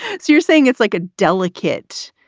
it's you're saying it's like a delicate